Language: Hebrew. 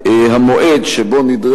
המועד שבו התיקון הזה נכנס לתוקף.